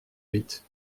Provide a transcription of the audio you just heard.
vite